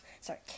sorry